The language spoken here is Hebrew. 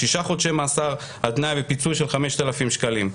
6 חודשי מאסר על תנאי ופיצוי של 5,000 שקלים.